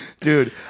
Dude